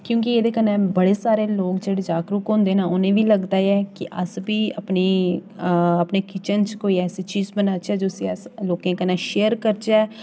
क्योंकि एह्दे कन्नै बड़े सारे लोक जेह्ड़े जागरूक होंदे न उनें बी लगदा ऐ कि अस बी अपनी अपनी किचन च कोई ऐसी चीज बनाचै जिसी अस लोकें कन्नै शेयर करचै